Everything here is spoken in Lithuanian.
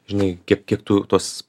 žinai kiek kiek tu tos